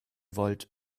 wollt